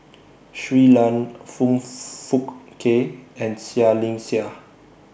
Shui Lan Foong Fook Kay and Seah Liang Seah